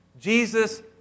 Jesus